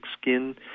skin